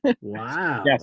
wow